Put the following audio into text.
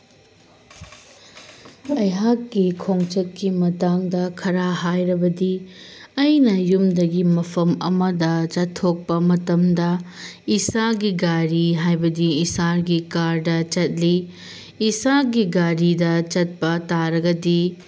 ꯑꯩꯍꯥꯛꯀꯤ ꯈꯣꯡꯆꯠꯀꯤ ꯃꯇꯥꯡꯗ ꯈꯔ ꯍꯥꯏꯔꯕꯗꯤ ꯑꯩꯅ ꯌꯨꯝꯗꯒꯤ ꯃꯐꯝ ꯑꯃꯗ ꯆꯠꯊꯣꯛꯄ ꯃꯇꯝꯗ ꯏꯁꯥꯒꯤ ꯒꯥꯔꯤ ꯍꯥꯏꯕꯗꯤ ꯏꯁꯥꯒꯤ ꯀꯥꯔꯗ ꯆꯠꯂꯤ ꯏꯁꯥꯒꯤ ꯒꯥꯔꯤꯗ ꯆꯠꯄ ꯇꯥꯔꯒꯗꯤ